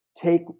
Take